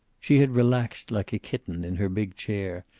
she had relaxed like a kitten in her big chair,